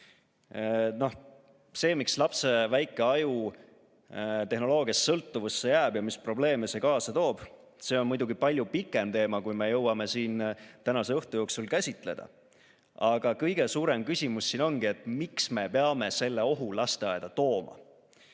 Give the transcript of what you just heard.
See, miks lapse väike aju tehnoloogiast sõltuvusse jääb ja mis probleeme see kaasa toob, on muidugi palju pikem teema, kui me jõuame siin tänase õhtu jooksul käsitleda. Aga kõige suurem küsimus on, miks me peame selle ohu lasteaeda tooma.